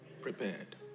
Prepared